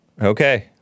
Okay